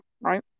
right